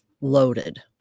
loaded